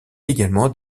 également